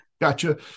gotcha